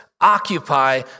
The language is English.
occupy